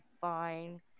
fine